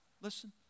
Listen